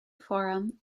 forum